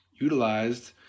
utilized